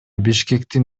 бишкектин